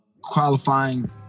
qualifying